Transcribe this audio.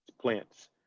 plants